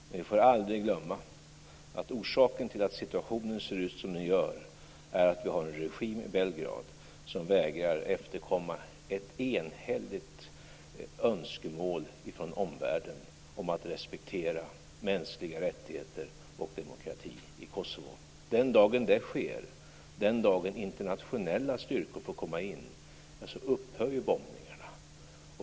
Men vi får aldrig glömma att orsaken till att situationen ser ut som den gör är att vi har en regim i Belgrad som vägrar efterkomma ett enhälligt önskemål från omvärlden att respektera mänskliga rättigheter och demokrati i Kosovo. Den dagen det sker, den dagen internationella styrkor får komma in upphör ju bombningarna.